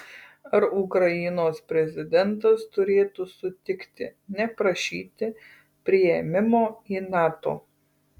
ar ukrainos prezidentas turėtų sutikti neprašyti priėmimo į nato